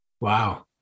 Wow